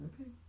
Okay